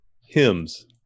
hymns